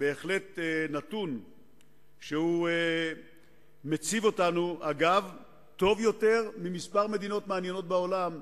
זה בהחלט נתון שמציב אותנו טוב יותר מכמה מדינות מעניינות בעולם,